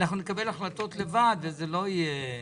נקבל החלטות לבד וזה לא יהיה